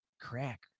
crack